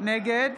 נגד